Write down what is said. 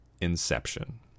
Inception